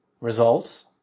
results